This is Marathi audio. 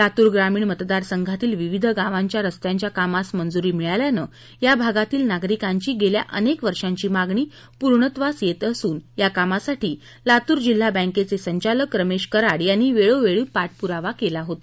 लातूर ग्रामीण मतदार संघातील विविध गावच्या रस्त्यांच्या कामास मंजुरी मिळाल्याने या भागातील नागरीकांची गेल्या अनेक वर्षांची मागणी पुर्णत्वास येत असून या कामासाठी लातूर जिल्हा बँकेचे संचालक रमेश कराड यांनी वेळो वेळी पाठपुरावा केला होता